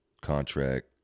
contract